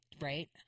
right